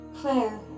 Claire